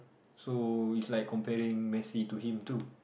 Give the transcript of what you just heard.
so is like comparing Messi to him too